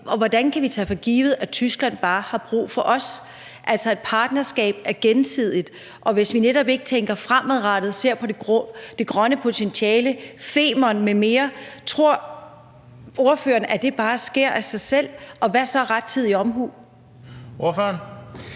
hvordan kan vi tage for givet, at Tyskland bare har brug for os? Et partnerskab er gensidigt, og vi skal netop tænke fremadrettet og se på de grønne potentialer – Femernforbindelsen m.m. Tror ordføreren, at det bare sker af sig selv? Og hvad er så rettidig omhu? Kl.